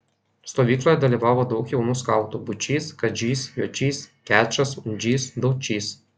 stovykloje dalyvavo daug jaunų skautų būčys kadžys jočys gečas undžys daučys